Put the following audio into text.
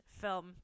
film